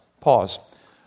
Pause